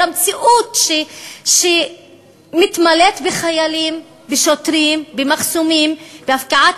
למציאות שמתמלאת בחיילים ושוטרים ומחסומים והפקעת